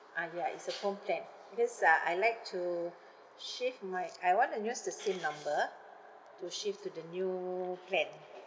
ah ya is a phone plan because uh I like to shift my I want to use the same number to shift to the new plan